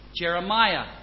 Jeremiah